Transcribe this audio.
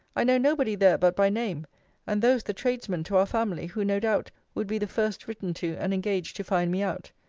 i know nobody there but by name and those the tradesmen to our family who, no doubt, would be the first written to and engaged to find me out.